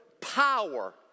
power